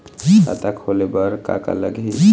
खाता खोले बर का का लगही?